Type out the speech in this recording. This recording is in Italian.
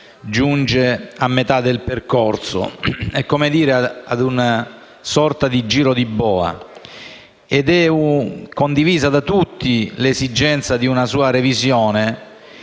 giunge a metà del percorso: è, per così dire, a una sorta di giro di boa ed è condivisa da tutti l'esigenza di una sua revisione,